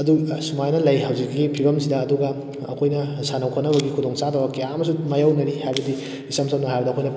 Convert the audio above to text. ꯑꯗꯨ ꯁꯨꯃꯥꯏꯅ ꯂꯩ ꯍꯧꯖꯤꯛꯀꯤ ꯐꯤꯕꯝꯁꯤꯗ ꯑꯗꯨꯒ ꯑꯩꯈꯣꯏꯅ ꯁꯥꯟꯅ ꯈꯣꯠꯅꯕꯒꯤ ꯈꯨꯗꯣꯡ ꯆꯥꯗꯕ ꯀꯌꯥ ꯑꯃꯁꯨ ꯃꯥꯏꯌꯣꯛꯅꯔꯤ ꯍꯥꯏꯕꯗꯤ ꯏꯁꯝ ꯁꯝꯅ ꯍꯥꯏꯔꯕꯗ ꯑꯩꯈꯣꯏꯅ